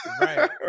right